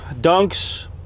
dunks